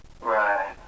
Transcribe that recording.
Right